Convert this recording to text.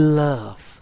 love